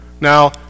Now